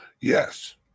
Yes